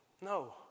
No